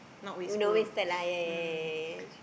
who know wasted lah ya ya ya ya ya